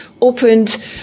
opened